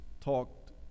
talked